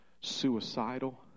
suicidal